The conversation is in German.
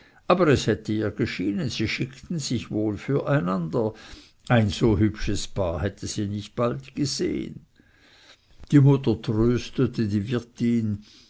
aber es hätte ihr geschienen sie schickten sich wohl für einander ein so hübsches paar hätte sie nicht bald gesehen die mutter tröstete die wirtin